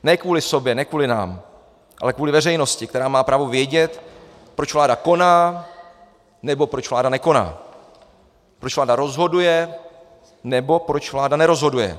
Ne kvůli sobě, ne kvůli nám, ale kvůli veřejnosti, která má právo vědět, proč vláda koná, nebo proč vláda nekoná, proč vláda rozhoduje, nebo proč vláda nerozhoduje.